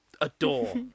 adore